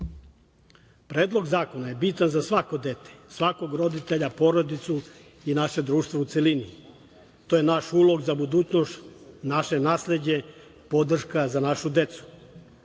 celini. Predlog zakona je bitan za svako dete, svakog roditelja, porodicu i naše društvo u celini. To je naš ulog za budućnost, naše nasleđe, podrška za našu